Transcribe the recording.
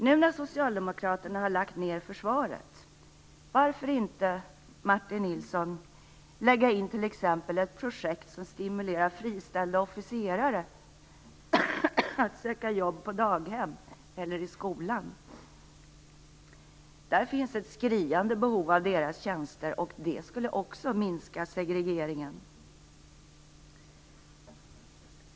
Nu när Socialdemokraterna har lagt ned försvaret - varför inte lägga in t.ex. ett projekt som stimulerar friställda officerare att söka jobb på daghem eller i skolan, Martin Nilsson? Där finns ett skriande behov av deras tjänster och det skulle också minska segregeringen.